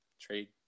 trade